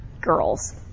girls